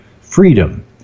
freedom